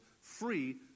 free